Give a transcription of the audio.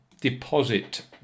deposit